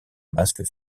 masque